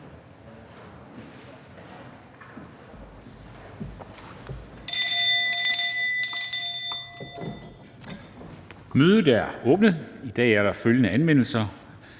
Mødet er åbnet. I dag er der følgende anmeldelser: